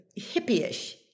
hippie-ish